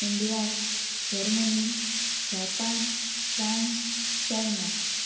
India Germany Japan France China